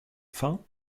fin